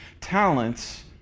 talents